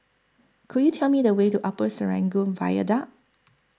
Could YOU Tell Me The Way to Upper Serangoon Viaduct